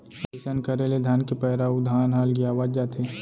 अइसन करे ले धान के पैरा अउ धान ह अलगियावत जाथे